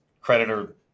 creditor